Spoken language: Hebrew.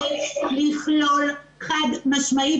-- צריך לכלול, חד-משמעית.